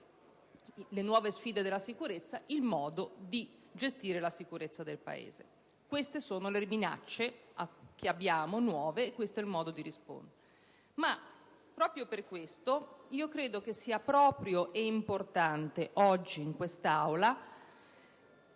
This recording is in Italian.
le nuove sfide della sicurezza - il modo di gestire la sicurezza del Paese: queste sono le minacce attuali, nuove, e questo è il modo di rispondervi. Proprio per questo motivo è corretto ed importante che oggi in quest'Aula,